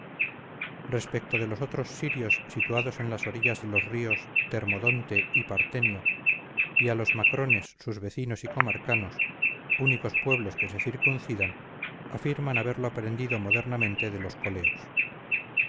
respecto de los otros sirios situados en las orillas de los ríos termodonte y partenio y a los macrones sus vecinos y comarcanos únicos pueblos que se circuncidan afirman haberlo aprendido modernamente de los coleos